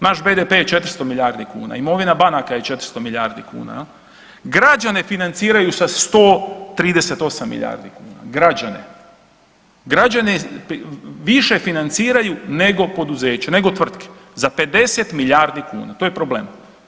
Naš BDP je 400 milijardi kuna, imovina banaka je 400 milijardi kuna jel, građane financiraju sa 138 milijardi kuna, građane, građane više financiraju nego poduzeća, nego tvrtke za 50 milijardi kuna, to je problem.